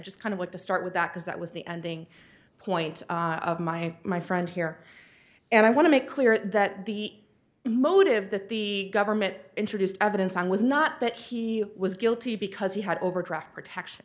just kind of like to start with that is that was the ending point of my my friend here and i want to make clear that the motive that the government introduced evidence on was not that he was guilty because he had overdraft protection